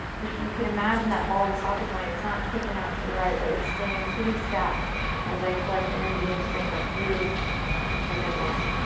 if you can imagine that ball and socket joint, it's not kicking out to the right but it's staying pretty stacked as i collect energy and strength up through the mid-line.